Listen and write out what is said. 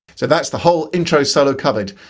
so that's the whole intro solo covered.